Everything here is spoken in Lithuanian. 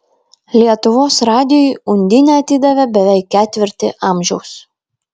lietuvos radijui undinė atidavė beveik ketvirtį amžiaus